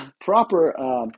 proper